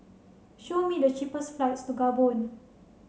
show me the cheapest flights to Gabon